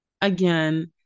again